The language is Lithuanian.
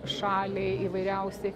šaliai įvairiausi